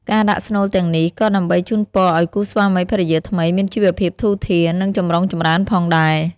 ការដាក់ស្នូលទាំងនេះ ក៏ដើម្បីជូនពរឲ្យគូស្វាមីភរិយាថ្មីមានជីវភាពធូរធារ និងចម្រុងចម្រើនផងដែរ។